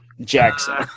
Jackson